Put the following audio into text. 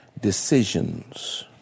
decisions